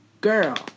girl